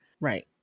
Right